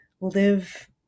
live